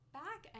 back